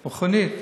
מכונית.